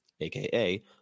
AKA